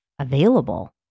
available